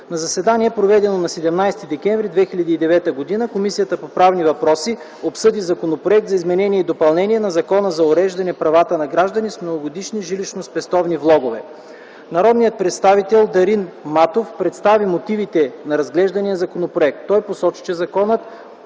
„На заседание, проведено на 17 декември 2009 г., Комисията по правни въпроси обсъди Законопроект за изменение и допълнение на Закона за уреждане правата на граждани с многогодишни жилищно-спестовни влогове. Народният представител Дарин Матов представи мотивите на разглеждания законопроект. Той посочи, че Законът